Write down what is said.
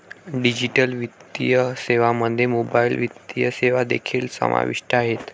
digital वित्तीय सेवांमध्ये mobile वित्तीय सेवा देखील समाविष्ट आहेत